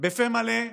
בפה מלא,